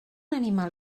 animal